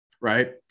right